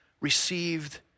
received